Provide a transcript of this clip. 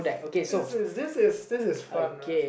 this is this is this is fun run